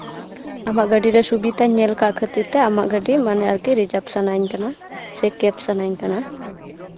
ᱟᱢᱟᱜ ᱜᱟᱹᱰᱤᱨᱮ ᱥᱩᱵᱤᱫᱷᱟᱧ ᱧᱮᱞ ᱠᱟᱜ ᱠᱷᱟᱹᱛᱤᱨ ᱛᱮ ᱢᱟᱱᱮ ᱟᱢᱟᱜ ᱜᱟᱹᱰᱤ ᱜᱮ ᱨᱤᱡᱟᱨᱵᱽ ᱥᱟᱱᱟᱧ ᱠᱟᱱᱟ ᱥᱮ ᱠᱮᱵᱽ ᱥᱟᱱᱟᱧ ᱠᱟᱱᱟ